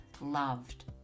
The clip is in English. loved